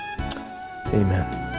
Amen